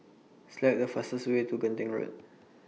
Select The fastest Way to Genting Road